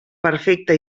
perfecta